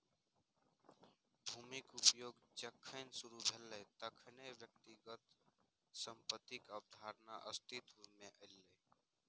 भूमिक उपयोग जखन शुरू भेलै, तखने व्यक्तिगत संपत्तिक अवधारणा अस्तित्व मे एलै